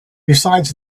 besides